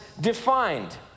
defined